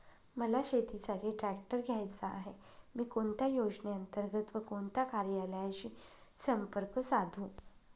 मला शेतीसाठी ट्रॅक्टर घ्यायचा आहे, मी कोणत्या योजने अंतर्गत व कोणत्या कार्यालयाशी संपर्क साधू?